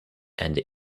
and